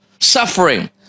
suffering